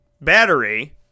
battery